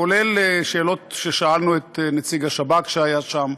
כולל שאלות ששאלנו את נציג השב"כ, שהיה שם,